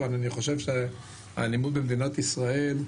אבל אני חושב שהאלימות במדינת ישראל,